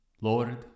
Lord